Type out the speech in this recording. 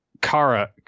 Kara